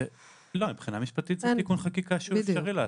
מבחינת משפטית זה תיקון החקיקה שהוא אפשרי לעשות.